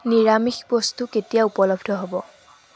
নিৰামিষ বস্তু কেতিয়া উপলব্ধ হ'ব